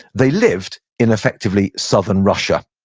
they lived in effectively southern russia.